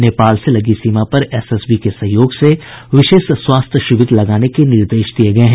नेपाल से लगी सीमा पर एसएसबी के सहयोग से विशेष स्वास्थ्य शिविर लगाने के निर्देश दिये गये हैं